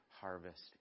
harvest